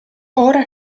ora